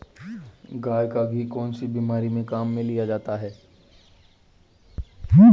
गाय का घी कौनसी बीमारी में काम में लिया जाता है?